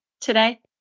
today